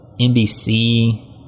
NBC